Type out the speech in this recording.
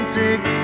take